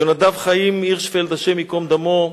יונדב חיים הירשפלד, השם ייקום דמו,